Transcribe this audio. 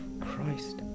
Christ